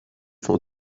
son